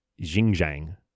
Xinjiang